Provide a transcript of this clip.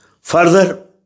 Further